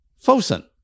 Fosun